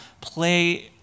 play